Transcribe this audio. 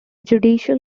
judicial